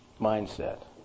mindset